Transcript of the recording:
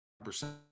percent